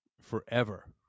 forever